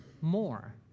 more